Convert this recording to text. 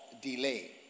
delay